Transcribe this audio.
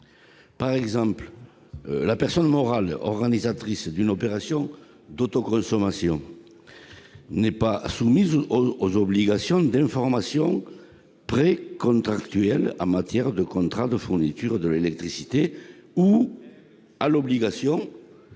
Par exemple, la personne morale organisatrice d'une opération d'autoconsommation n'est pas soumise à l'obligation d'informations précontractuelles en matière de contrat de fourniture de l'électricité, à celle